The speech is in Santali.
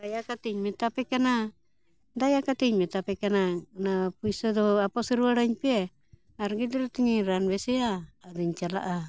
ᱫᱟᱭᱟ ᱠᱟᱛᱮᱧ ᱢᱮᱛᱟᱯᱮ ᱠᱟᱱᱟ ᱫᱟᱭᱟ ᱠᱟᱛᱮᱧ ᱢᱮᱛᱟᱯᱮ ᱠᱟᱱᱟ ᱚᱱᱟ ᱯᱩᱭᱥᱟᱹ ᱫᱚ ᱟᱯᱟᱥ ᱨᱩᱣᱟᱹᱲᱟᱹᱧ ᱯᱮ ᱟᱨ ᱜᱤᱫᱽᱨᱟᱹ ᱛᱤᱧ ᱨᱟᱱ ᱵᱮᱥᱤᱭᱟ ᱟᱨᱤᱧ ᱪᱟᱞᱟᱜᱼᱟ